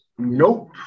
Nope